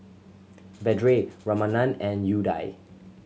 Vedre Ramanand and Udai